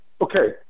Okay